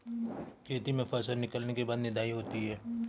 खेती में फसल निकलने के बाद निदाई होती हैं?